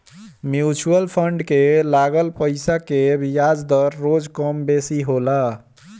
mutual fund के लागल पईसा के बियाज दर रोज कम बेसी होला